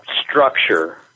structure